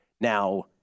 Now